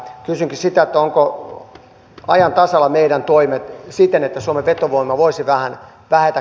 ovatko meidän toimet ajan tasalla siten että suomen vetovoima voisi vähän vähetä